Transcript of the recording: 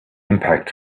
impact